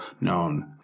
known